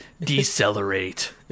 Decelerate